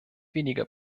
weniger